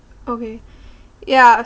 okay ya